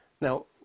Now